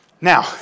Now